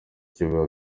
kivuga